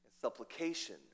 supplication